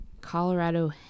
Colorado